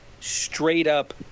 straight-up